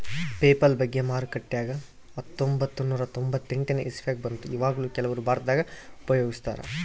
PayPal ಬಗ್ಗೆ ಮಾರುಕಟ್ಟೆಗ ಹತ್ತೊಂಭತ್ತು ನೂರ ತೊಂಬತ್ತೆಂಟನೇ ಇಸವಿಗ ಬಂತು ಈವಗ್ಲೂ ಕೆಲವರು ಭಾರತದಗ ಉಪಯೋಗಿಸ್ತರಾ